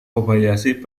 kobayashi